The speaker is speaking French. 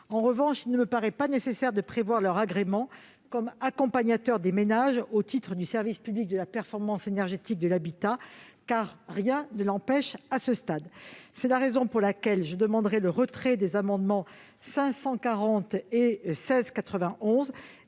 En revanche, il ne me paraît pas nécessaire de prévoir leur agrément comme accompagnateurs des ménages au titre du service public de la performance énergétique de l'habitat, car rien ne l'empêche à ce stade. C'est la raison pour laquelle je demande le retrait de l'amendement n° 540 rectifié,